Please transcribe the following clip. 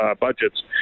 budgets